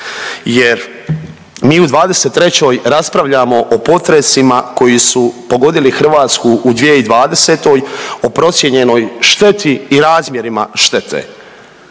jer mi u '23. raspravljamo o potresima koji su pogodili Hrvatsku u 2020., o procijenjenoj šteti i razmjerima štete.